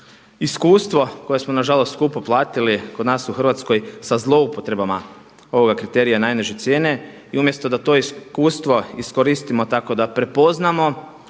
iskustvo koje smo nažalost skupo platili kod nas u Hrvatskoj sa zloupotrebama ovoga kriterija najniže cijene i umjesto da to iskustvo iskoristimo tako da prepoznamo